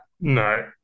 No